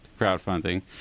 crowdfunding